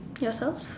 yourself